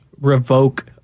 revoke